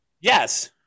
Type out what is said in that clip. Yes